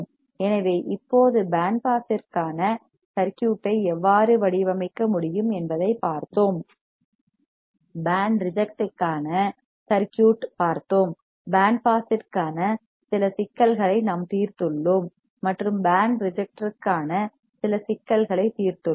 எனவே இப்போது பேண்ட் பாஸிற்கான சர்க்யூட்டை எவ்வாறு வடிவமைக்க முடியும் என்பதையும் பார்த்தோம் பேண்ட் ரிஜெக்ட்ற்கான சர்க்யூட் பார்த்தோம் பேண்ட் பாஸிற்கான சில சிக்கல்களை நாம் தீர்த்துள்ளோம் மற்றும் பேண்ட் ரிஜெக்ட்ற்கான சில சிக்கல்களை தீர்த்துள்ளோம்